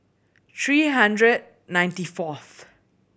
three hundred ninety fourth